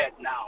now